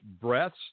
breaths